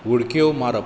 उडक्यो मारप